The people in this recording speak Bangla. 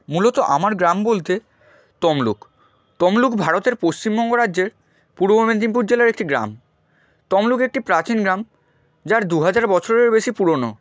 মূলত আমার গ্রাম বলতে তমলুক তমলুক ভারতের পশ্চিমবঙ্গ রাজ্যের পূর্ব মেদিনীপুর জেলার একটি গ্রাম তমলুক একটি প্রাচীন গ্রাম যার দু হাজার বছরেরও বেশি পুরনো